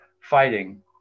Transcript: fighting